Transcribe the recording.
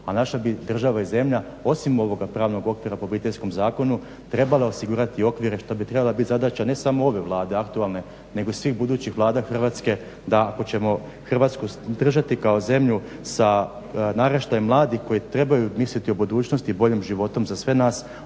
a naša bi država i zemlja osim ovoga pravnoga okvira po Obiteljskom zakonu trebala osigurati okvire što bi trebala biti zadaća ne samo ove Vlade aktualne nego i svih budućih Vlada Hrvatske da ako ćemo Hrvatsku držati kao zemlju sa naraštajem mladih koji trebaju misliti o budućnosti i boljem životu za sve nas